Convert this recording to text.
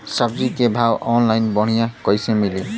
सब्जी के भाव ऑनलाइन बढ़ियां कइसे मिली?